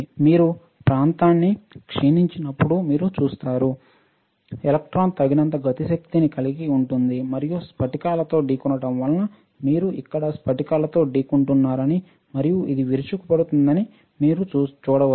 మీరు ప్రాంతాన్ని క్షీణించినప్పుడు మీరు చూస్తారు ఎలక్ట్రాన్ తగినంత కైనెటిక్ శక్తిని కలిగి ఉంటుంది మరియు స్ఫటికాలతో ఢీకొనడం వలన మీరు ఇక్కడ స్ఫటికాలతో ఢీకొంటున్నారని మరియు ఇది విరుచుకుపడుతుందని మీరు చూడవచ్చు